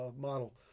model